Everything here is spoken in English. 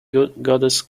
goddess